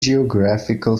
geographical